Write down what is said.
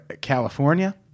California